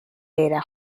era